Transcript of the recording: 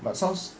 but sounds